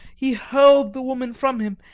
he hurled the woman from him,